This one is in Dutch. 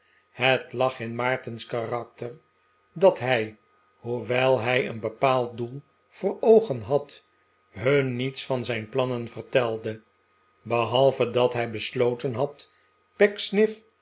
het lag in maarten's karakter dat hij hoewel hij een bepaald doel voor oogen had hun niets van zijn plannen vertelde behalve dat hij besloten had